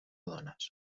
rodones